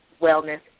wellness